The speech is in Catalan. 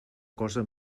cosa